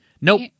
Nope